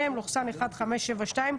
מ/1572,